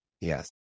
Yes